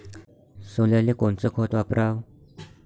सोल्याले कोनचं खत वापराव?